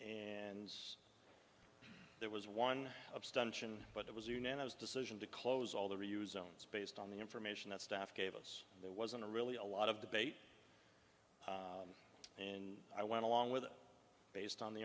and there was one abstention but it was unanimous decision to close all the reuse zones based on the information that staff gave us and there wasn't really a lot of debate and i went along with it based on the